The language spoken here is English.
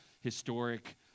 historic